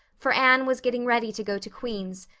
for anne was getting ready to go to queen's,